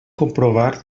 comprovar